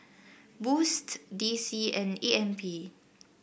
Boost D C and A M P